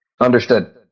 Understood